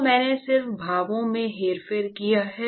और मैंने सिर्फ भावों में हेरफेर किया है